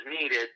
needed